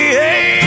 hey